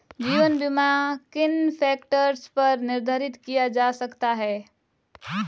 जीवन बीमा किन फ़ैक्टर्स पर निर्धारित किया जा सकता है?